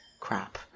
Crap